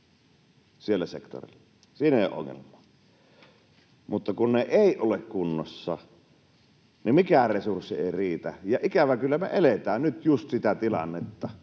sillä sektorilla, siinä ei ole ongelmaa, mutta kun ne eivät ole kunnossa, niin mikään resurssi ei riitä. Ikävä kyllä me eletään nyt just sitä tilannetta,